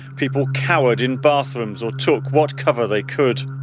people cowered in bathrooms or took what cover they could.